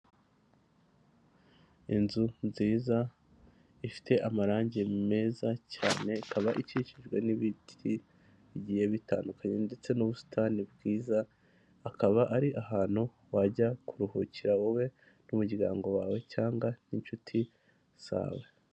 Inzu nziza, ifite amarange meza cyane, ikaba ikikijwe n'ibiti bigiye bitandukanye, ndetse n'ubusitani bwiza, akaba ari ahantu wajya kuruhukira wowe n'umuryango wawe, cyangwa n'inshuti zawe.